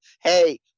hey